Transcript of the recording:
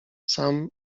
sam